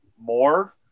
more